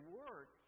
work